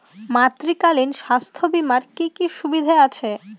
মাতৃত্বকালীন স্বাস্থ্য বীমার কি কি সুবিধে আছে?